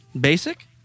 BASIC